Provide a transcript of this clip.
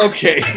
Okay